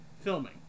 filming